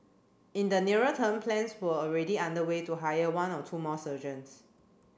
in the nearer term plans were already underway to hire one or two more surgeons